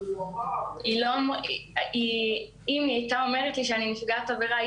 אם היו אומרים לי שאני נפגעת עבירה,